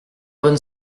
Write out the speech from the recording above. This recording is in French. bonne